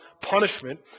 punishment